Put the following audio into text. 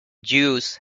jews